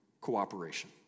cooperation